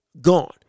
gone